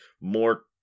more